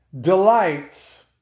delights